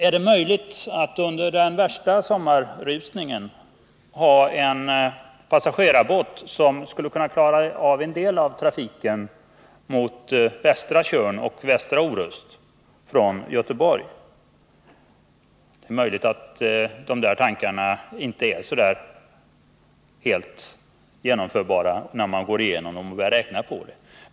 Är det vidare möjligt att under den värsta sommarrusningen ha en passagerarbåt som skulle kunna klara av en del av trafiken mot västra Tjörn och västra Orust från Göteborg? Det är möjligt att de här idéerna inte är helt genomförbara, när man börjar räkna på det.